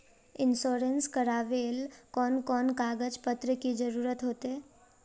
Insurance करावेल कोन कोन कागज पत्र की जरूरत होते?